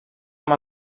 amb